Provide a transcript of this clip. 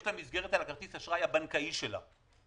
יש לה מסגרת על כרטיס האשראי הבנקאי שלה.